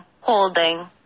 holding